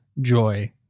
joy